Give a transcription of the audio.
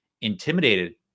intimidated